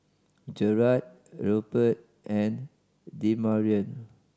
Gerard Rupert and Demarion